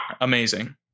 amazing